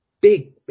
big